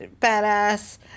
badass